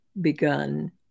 begun